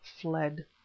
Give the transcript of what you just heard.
fled